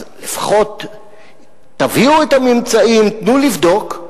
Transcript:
אז לפחות תביאו את הממצאים, תנו לבדוק.